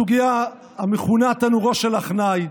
בסוגיה המכונה תנורו של עכנאי: